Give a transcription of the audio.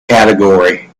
category